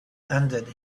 ended